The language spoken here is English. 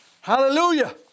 hallelujah